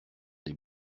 des